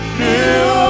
new